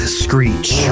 screech